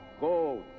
Go